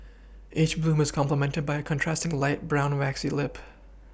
each bloom is complemented by a contrasting light brown waxy lip